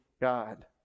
God